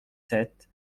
sept